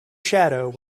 shadow